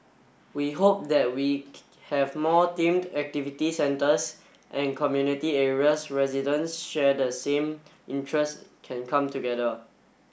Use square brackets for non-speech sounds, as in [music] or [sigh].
we hope that we [unintelligible] have more themed activity centres and community areas residents share the same interest can come together